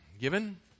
given